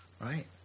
Right